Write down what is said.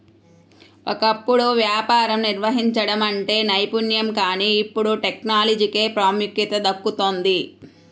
ఒకప్పుడు వ్యాపారం నిర్వహించడం అంటే నైపుణ్యం కానీ ఇప్పుడు టెక్నాలజీకే ప్రాముఖ్యత దక్కుతోంది